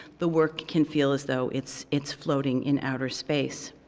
the work can feel as though it's it's floating in outer space.